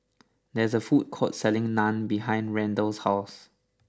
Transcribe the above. there is a food court selling Naan behind Randall's house